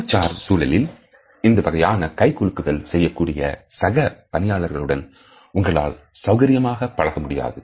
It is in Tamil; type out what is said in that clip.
தொழில் சார் சூழலில் இந்த வகையான கை குலுக்குதல் செய்யக்கூடிய சக பணியாளர்களுடன் உங்களால் சௌகரியமாக பழக முடியாது